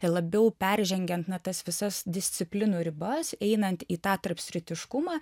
labiau peržengiant na tas visas disciplinų ribas einant į tą tarpsritiškumą